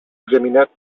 examinat